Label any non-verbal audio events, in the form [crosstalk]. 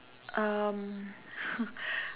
um [laughs]